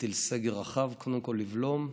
להטיל סגר רחב, קודם כול לבלום.